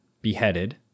beheaded